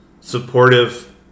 supportive